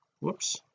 whoops